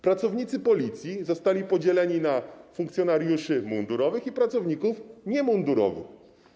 Pracownicy Policji zostali podzieleni na funkcjonariuszy mundurowych i pracowników niemundurowych.